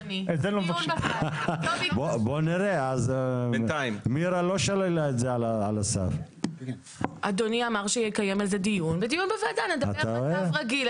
אדוני אמר שיקיים על זה דיון ואז נדבר על מצב רגיל.